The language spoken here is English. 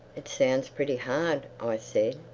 it sounds pretty hard, i said.